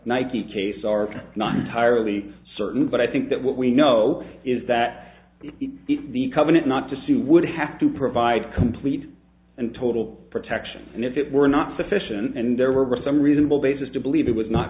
nikkei case are not entirely certain but i think that what we know is that the covenant not to sue would have to provide complete and total protection and if it were not sufficient and there were some reasonable basis to believe it was not